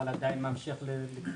אבל עדיין ממשיך ל..